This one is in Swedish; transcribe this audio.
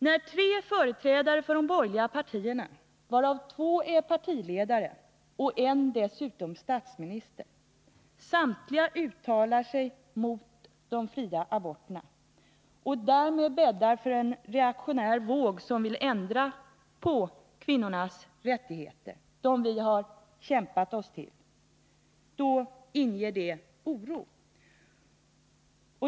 När tre företrädare för de borgerliga partierna, varav två är partiledare och en både partiledare och statsminister, samtliga uttalar sig mot de fria aborterna och därmed bäddar för en reaktionär våg som vill ändra på kvinnornas rättigheter, de rättigheter som vi har kämpat oss till, inger detta oro.